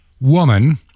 woman